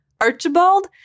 Archibald